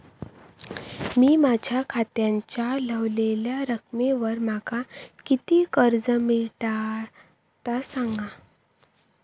मी माझ्या खात्याच्या ऱ्हवलेल्या रकमेवर माका किती कर्ज मिळात ता सांगा?